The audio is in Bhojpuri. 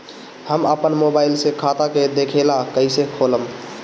हम आपन मोबाइल से खाता के देखेला कइसे खोलम?